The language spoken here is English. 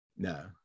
No